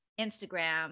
Instagram